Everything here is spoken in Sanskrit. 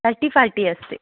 थर्टि फार्टि अस्ति